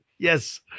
Yes